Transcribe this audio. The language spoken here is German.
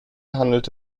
handelt